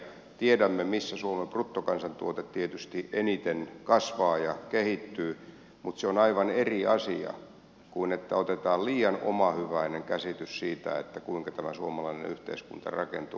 tiedämme missä suomen bruttokansantuote tietysti eniten kasvaa ja kehittyy mutta se on aivan eri asia kuin että otetaan liian omahyväinen käsitys siitä kuinka tämä suomalainen yhteiskunta rakentuu